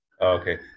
Okay